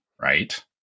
right